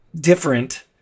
different